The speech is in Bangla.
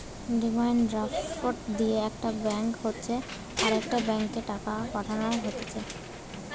ডিমান্ড ড্রাফট লিয়ে একটা ব্যাঙ্ক হইতে আরেকটা ব্যাংকে টাকা পাঠানো হতিছে